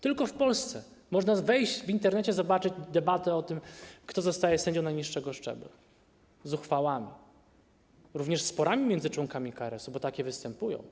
Tylko w Polsce można w Internecie zobaczyć debatę o tym, kto zostaje sędzią najniższego szczebla - z uchwałami, również ze sporami między członkami KRS-u, bo takie występują.